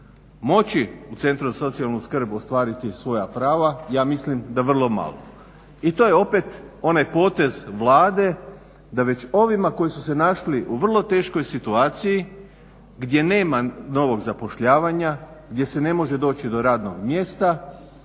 moći u centru za socijalnu skrb ostvariti svoja prava, ja mislim da vrlo malo. I to je opet onaj potez Vlade da već ovima koji su se našli u vrlo teškoj situaciji gdje nema novog zapošljavanja, gdje se ne može doći do radnog mjesta,